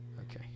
Okay